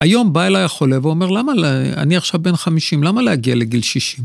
היום בא אליי החולה ואומר, למה אני עכשיו בן 50, למה להגיע לגיל 60?